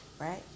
right